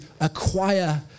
acquire